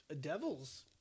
devils